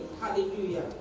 Hallelujah